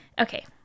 okay